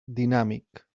dinàmic